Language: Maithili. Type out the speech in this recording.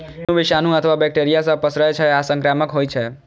ई दुनू विषाणु अथवा बैक्टेरिया सं पसरै छै आ संक्रामक होइ छै